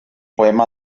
poema